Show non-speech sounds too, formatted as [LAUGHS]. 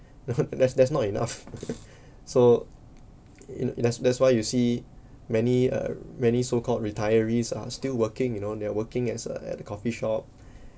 [LAUGHS] that's that's not enough [LAUGHS] so in that's that's why you see many uh many so called retirees are still working you know they're working as a at the coffee shop